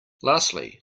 lastly